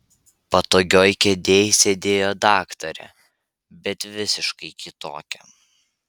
patogioj kėdėj sėdėjo daktarė bet visiškai kitokia